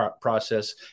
process